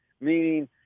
meaning